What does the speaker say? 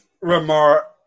remark